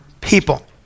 people